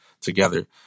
together